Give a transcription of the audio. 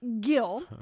Gil